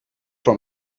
from